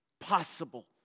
possible